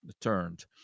turned